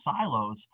silos